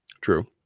True